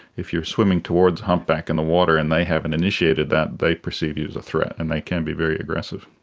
if you're swimming towards a humpback in the water and they haven't initiated that, they perceive you as a threat and they can be very aggressive.